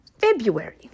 February